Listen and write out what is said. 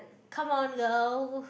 come on girl